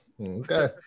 Okay